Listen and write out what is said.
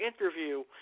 interview